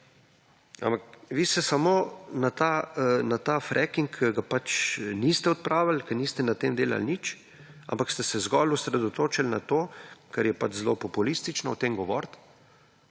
Ampak vi se samo na ta fracking, ga pač niste odpravili, ker niste na tem delali nič, ampak ste se zgolj osredotočili na to, ker je pač zelo populistično govoriti,